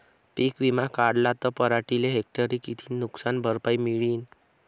पीक विमा काढला त पराटीले हेक्टरी किती नुकसान भरपाई मिळीनं?